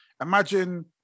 Imagine